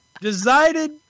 decided